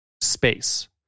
space